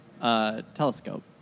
telescope